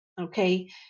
okay